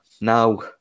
Now